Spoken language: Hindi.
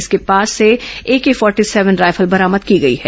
इसके पास से एके फोर्टी सेवन रायफल बरामद की गई है